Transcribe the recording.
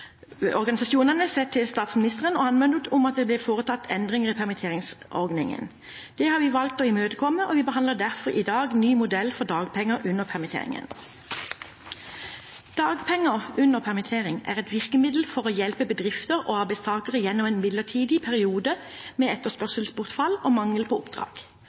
statsministeren og anmodet om at det ble foretatt endringer i permitteringsordningen. Det har vi valgt å imøtekomme, og vi behandler derfor i dag en ny modell for dagpenger under permittering. Dagpenger under permittering er et virkemiddel for å hjelpe bedrifter og arbeidstakere gjennom en midlertidig periode med etterspørselsbortfall og mangel på oppdrag.